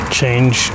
change